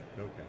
Okay